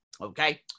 okay